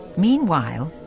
meanwhile,